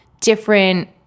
different